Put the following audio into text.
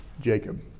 Jacob